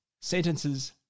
sentences